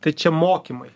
tai čia mokymai